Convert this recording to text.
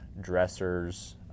dressers